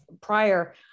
prior